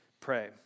pray